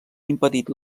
impedit